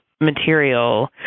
material